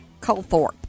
Colthorpe